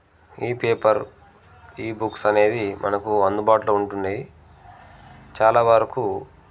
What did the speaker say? ఈ పేపర్ ఈ బుక్స్ అనేవి మనకు అందుబాటులో ఉంటున్నేయి చాలా వరకు